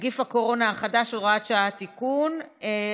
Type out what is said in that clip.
(נגיף הקורונה החדש, הוראת שעה, תיקון).